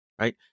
Right